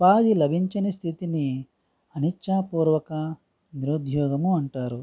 ఉపాధి లభించని స్థితిని అనిచ్ఛా పూర్వక నిరుద్యోగము అంటారు